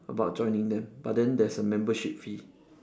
about joining them but then there's a membership fee